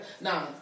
no